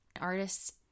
Artists